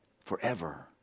Forever